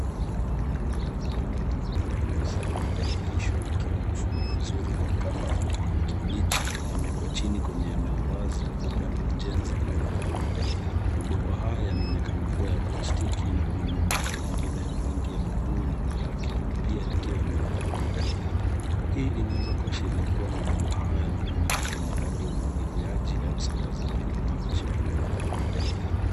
Rundo la mabomba makubwa meusi yaliyoviringishwa yakiwa yamefungwa vizuri kwa kamba za kijani kibichi limewekwa chini kwenye eneo wazi labda la ujenzi au gala. Mabomba haya yanaonekana kuwa ya plastiki na kuna mabomba mengine ya rangi ya bluu nyuma yake pia yakiwa yameviringika. Hii inaweza kuashiria kuwa mabomba haya yanatumika kwa miradi ya umwagiliaji au usambazaji wa maji.